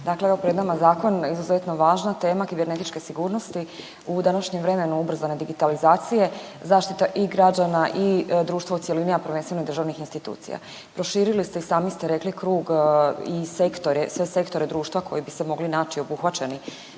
dakle evo pred nama je zakon, izuzetno važna tema kibernetičke sigurnosti u današnjem vremenu ubrzane digitalizacije, zaštita i građana i društva u cjelini, a prvenstveno državnih institucija. Proširili ste i sami ste rekli krug i sektore, sve sektore društva koji bi se mogli naći obuhvaćeni